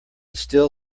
still